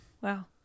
Wow